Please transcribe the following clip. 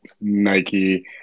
Nike